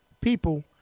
people